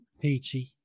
Peachy